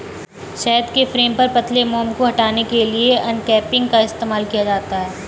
शहद के फ्रेम पर पतले मोम को हटाने के लिए अनकैपिंग का इस्तेमाल किया जाता है